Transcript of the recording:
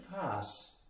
pass